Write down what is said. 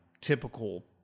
typical